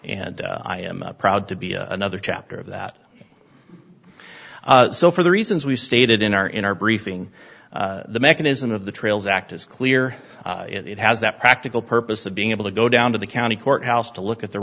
and i am proud to be another chapter of that so for the reasons we stated in our in our briefing the mechanism of the trails act is clear it has that practical purpose of being able to go down to the county courthouse to look at the